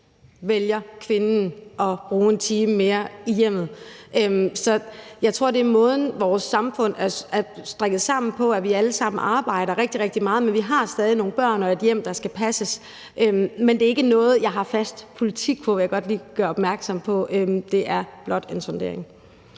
vælger kvinden at bruge en time mere i hjemmet. Så jeg tror, det er måden, vores samfund er strikket sammen på, altså at vi alle sammen arbejder rigtig, rigtig meget, men at vi stadig har nogle børn og et hjem, der skal passes. Men det er ikke noget, jeg har en fast politik på, vil jeg godt lige gøre opmærksom på. Det er blot en sondering.